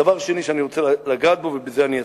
דבר שני שאני רוצה לגעת בו, ובזה אני אסיים: